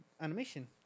animation